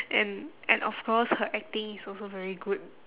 and and of course her acting is also very good